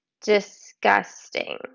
disgusting